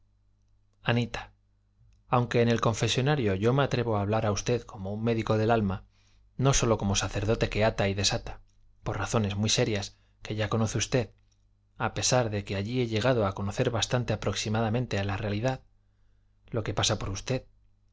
anita aunque en el confesonario yo me atrevo a hablar a usted como un médico del alma no sólo como sacerdote que ata y desata por razones muy serias que ya conoce usted a pesar de que allí he llegado a conocer bastante aproximadamente a la realidad lo que pasa por usted